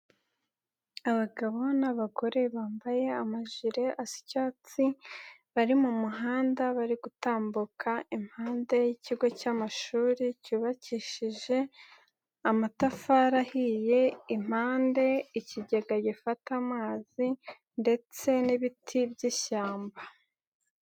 Abagabo n'abagore bambaye amajire asa icyatsi, bari mu muhanda bari gutambuka impande y'ikigo cy'amashuri cyubakishije amatafari ahiye, impande ikigega gifata amazi ndetse n'ibiti by'ishyamba.